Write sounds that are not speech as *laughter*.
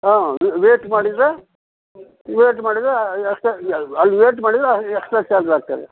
ಹಾಂ ವೇಟ್ ಮಾಡಿದರೆ ವೇಟ್ ಮಾಡಿದರೆ ಎಕ್ಸ್ಟ್ರಾ *unintelligible* ಅಲ್ಲಿ ವೇಟ್ ಮಾಡಿದರೆ ಎಕ್ಸ್ಟ್ರಾ ಚಾರ್ಜ್ ಆಗ್ತದೆ